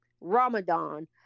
Ramadan